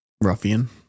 Ruffian